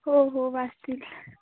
हो हो वाजतील